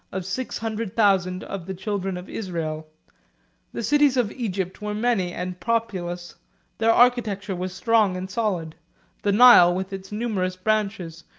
of six hundred thousand of the children of israel the cities of egypt were many and populous their architecture was strong and solid the nile, with its numerous branches,